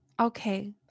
Okay